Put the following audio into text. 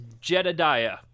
Jedediah